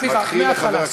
סליחה, מההתחלה.